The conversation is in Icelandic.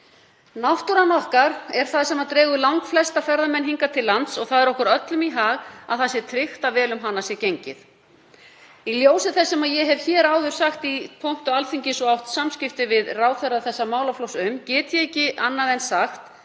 Náttúran okkar er það sem dregur langflesta ferðamenn hingað til lands og það er okkur öllum í hag að tryggt sé að vel um hana sé gengið. Í ljósi þess sem ég hef hér áður sagt í pontu Alþingis og átt samskipti við ráðherra þessa málaflokks um, get ég ekki annað en sagt